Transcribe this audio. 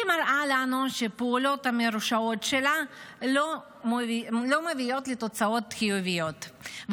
היא מראה לנו שהפעולות המרושעות שלה לא מביאות לתוצאות חיוביות,